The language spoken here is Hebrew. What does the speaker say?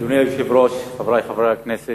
אדוני היושב-ראש, חברי חברי הכנסת,